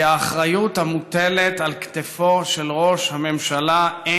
כי האחריות המוטלת על כתפו של ראש הממשלה,